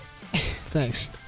Thanks